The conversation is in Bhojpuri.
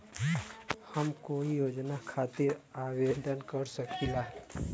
हम कोई योजना खातिर आवेदन कर सकीला?